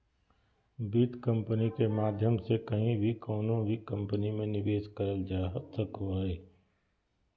वित्त कम्पनी के माध्यम से कहीं भी कउनो भी कम्पनी मे निवेश करल जा सको हय